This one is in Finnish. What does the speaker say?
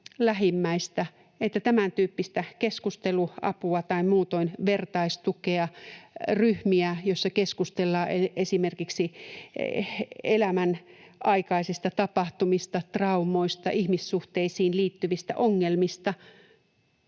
tämän tyyppistä keskusteluapua tai muutoin vertaistukea, ryhmiä, joissa keskustellaan esimerkiksi elämän aikaisista tapahtumista, traumoista, ihmissuhteisiin liittyvistä ongelmista,